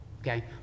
okay